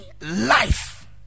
life